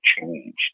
changed